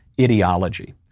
ideology